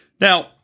Now